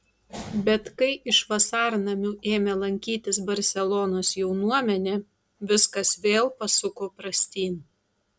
bet kai iš vasarnamių ėmė lankytis barselonos jaunuomenė viskas vėl pasuko prastyn